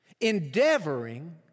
endeavoring